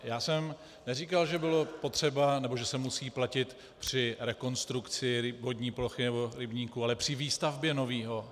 Já jsem neříkal, že bylo potřeba nebo že se musí platit při rekonstrukci vodní plochy nebo rybníku, ale při výstavbě nového.